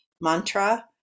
Mantra